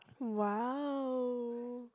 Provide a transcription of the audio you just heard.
!wow!